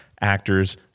actors